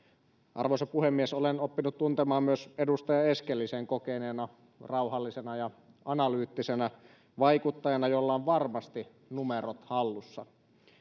arvoisa puhemies olen oppinut tuntemaan myös edustaja eskelisen kokeneena rauhallisena ja analyyttisenä vaikuttajana jolla on varmasti numerot hallussa